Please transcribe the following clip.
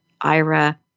IRA